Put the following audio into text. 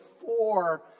four